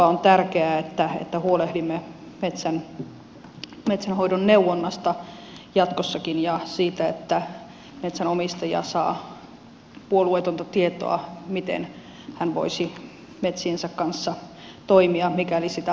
on tärkeää että huolehdimme metsänhoidon neuvonnasta jatkossakin ja siitä että metsänomistaja saa puolueetonta tietoa miten hän voisi metsiensä kanssa toimia mikäli sitä asiantuntemusta ei valmiiksi ole